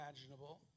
imaginable